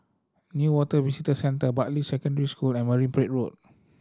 Newater Visitor Centre Bartley Secondary School and Marine Parade Road